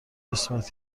جسمت